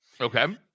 Okay